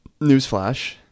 newsflash